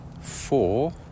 four